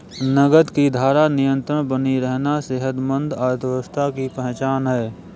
नकद की धारा निरंतर बनी रहना सेहतमंद अर्थव्यवस्था की पहचान है